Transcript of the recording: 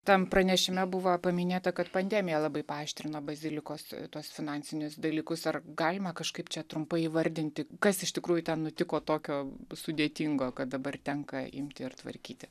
tam pranešime buvo paminėta kad pandemija labai paaštrino bazilikos tuos finansinius dalykus ar galima kažkaip čia trumpai įvardinti kas iš tikrųjų ten nutiko tokio sudėtingo kad dabar tenka imti ir tvarkyti